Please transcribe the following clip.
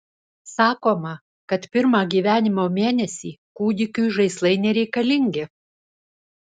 sakoma kad pirmą gyvenimo mėnesį kūdikiui žaislai nereikalingi